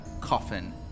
coffin